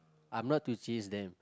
I'm not to chase them